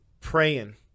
praying